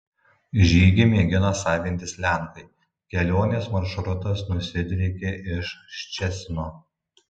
žygį mėgina savintis lenkai kelionės maršrutas nusidriekė iš ščecino